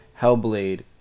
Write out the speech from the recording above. hellblade